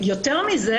כללי,